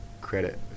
credit